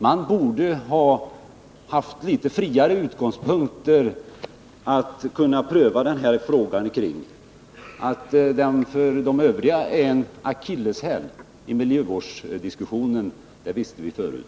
Jag hade väntat mig att folkpartiet skulle ha en något öppnare inställning. Att frågan för de övriga borgerliga partierna är en akilleshäl i miljövårdsdiskussionen visste vi sedan förut.